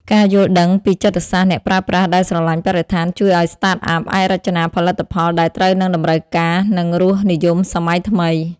ការយល់ដឹងពីចិត្តសាស្ត្រអ្នកប្រើប្រាស់ដែលស្រឡាញ់បរិស្ថាន ជួយឱ្យ Startup អាចរចនាផលិតផលដែលត្រូវនឹងតម្រូវការ និងរសនិយមសម័យថ្មី។